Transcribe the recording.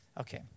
Okay